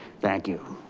thank you.